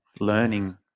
learning